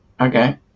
okay